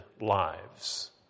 lives